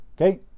Okay